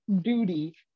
duty